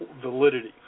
validity